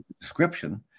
description